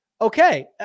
Okay